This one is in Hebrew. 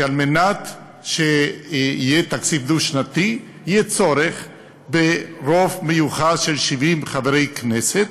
שעל מנת שיהיה תקציב דו-שנתי יהיה צורך ברוב מיוחס של 70 חברי כנסת,